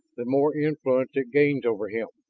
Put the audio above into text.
the more influence it gains over him.